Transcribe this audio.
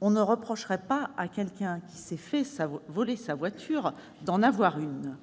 on ne reprocherait pas à quelqu'un qui s'est fait voler sa voiture d'en avoir une